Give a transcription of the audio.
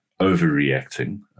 overreacting